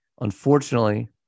Unfortunately